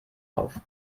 auf